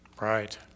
Right